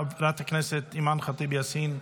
חברת הכנסת אימאן ח'טיב יאסין,